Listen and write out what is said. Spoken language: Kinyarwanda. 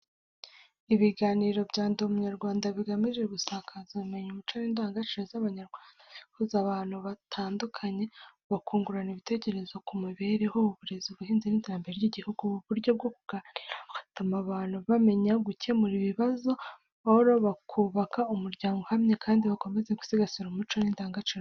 Ibiganiro bya Ndi Umunyarwanda bigamije gusakaza ubumenyi, umuco n’indangagaciro z’Abanyarwanda. Bihuza abantu batandukanye, bakungurana ibitekerezo ku mibereho, uburezi, ubuhinzi n’iterambere ry’igihugu. Ubu buryo bwo kuganira butuma abantu bamenya gukemura ibibazo mu mahoro, bakubaka umuryango uhamye kandi bakomeza gusigasira umuco n’indangagaciro zabo.